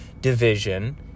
division